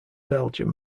belgium